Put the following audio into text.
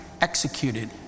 executed